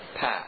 path